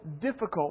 difficult